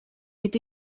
est